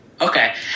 okay